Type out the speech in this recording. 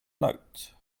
note